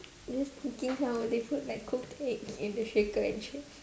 just thinking how would they put like cooked egg in the shaker and shake